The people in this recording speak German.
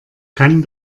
kann